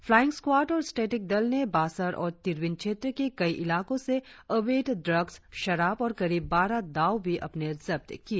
flying squad और static दल ने बासर और तिरबिन क्षेत्र के कई इलाकों से अवैध ड्रग्स शराब और करीब बारह दाव भी अपने जब्त किए